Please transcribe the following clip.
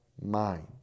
mind